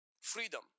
freedom